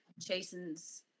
Chasen's